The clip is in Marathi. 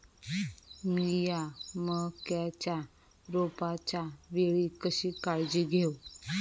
मीया मक्याच्या रोपाच्या वेळी कशी काळजी घेव?